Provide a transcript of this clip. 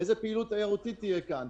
איזו פעילות תיירותית תהיה כאן?